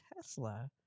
Tesla